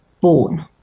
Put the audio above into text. born